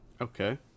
Okay